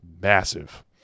massive